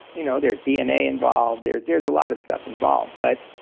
you know there's dna involved, there's there's a lot of stuff involved but